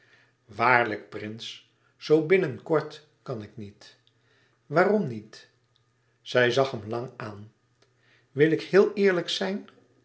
waarlijk prins zoo binnen kort kan ik niet waarom niet zij zag hem lang aan wil ik heel eerlijk zijn